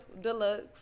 Deluxe